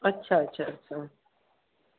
अच्छा अच्छा हा